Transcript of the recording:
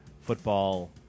football